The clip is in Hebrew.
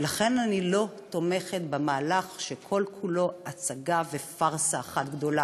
ולכן אני לא תומכת במהלך שכל כולו הצגה ופארסה אחת גדולה.